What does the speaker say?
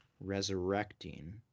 resurrecting